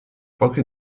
poche